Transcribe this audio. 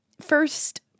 First